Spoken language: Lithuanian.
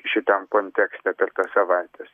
šitam kontekste per tas savaites